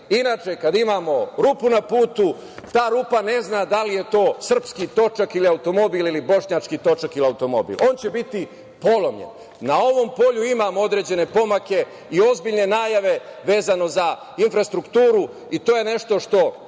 Inače, kada imamo rupu na putu, ta rupa ne zna da li je to srpski točak ili automobil ili bošnjački točak ili automobil, on će biti polomljen. Na ovom polju imam određene pomake i ozbiljne najave vezano za infrastrukturu, i to je nešto što